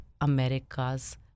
America's